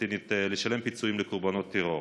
הפלסטינית לשלם פיצויים לקורבנות טרור.